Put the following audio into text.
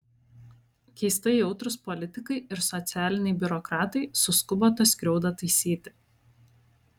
keistai jautrūs politikai ir socialiniai biurokratai suskubo tą skriaudą taisyti